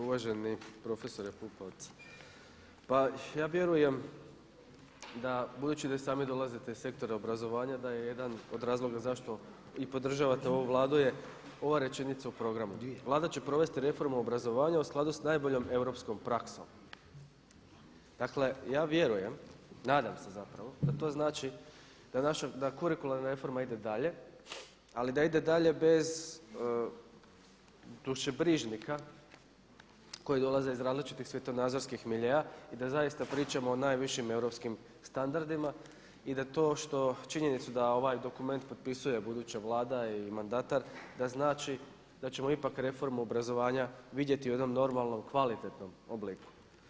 Uvaženi profesore Pupovac, pa ja vjerujem da budući da i sami dolazite iz sektora obrazovanja da je jedan od razloga zašto i podržavate ovu Vladu je ova rečenicu u programu „Vlada će provesti reformu obrazovanja u skladu sa najboljom europskom praksom.“ Dakle, ja vjerujem, nadam se zapravo da to znači da kurikularna reforma ide dalje ali da ide dalje bez dušobrižnika koji dolaze iz različitih svjetonazorskih miljea i da zaista pričamo o najvišim europskim standardima i da to što činjenicu da ovaj dokument potpisuje buduća Vlada i mandatar da znači da ćemo ipak reformu obrazovanja vidjeti u jednom normalnom kvalitetnom obliku.